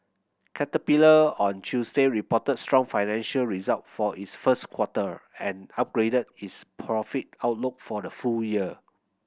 caterpillar on Tuesday reported strong financial resullt for its first quarter and upgraded its profit outlook for the full year